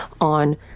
on